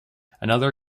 another